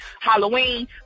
halloween